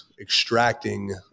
extracting